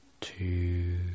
Two